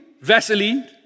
Vaseline